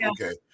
okay